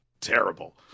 terrible